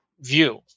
view